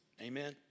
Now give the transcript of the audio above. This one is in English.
Amen